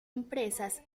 empresas